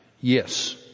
Yes